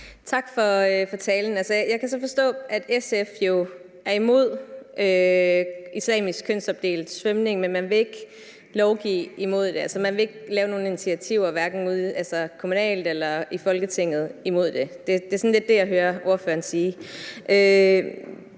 Tak for talen. Jeg kan så forstå, at SF er imod islamisk kønsopdelt svømning, men man vil ikke lovgive imod det, altså man vil ikke lave nogen initiativer kommunalt eller i i Folketinget imod det. Det er det, jeg hører ordføreren sige.